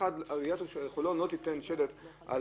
לא תוקפים את השלט הזה